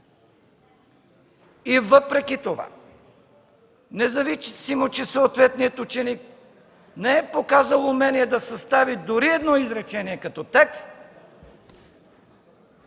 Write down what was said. И въпреки това, независимо че съответният ученик не е показал умения да състави дори едно изречение като текст,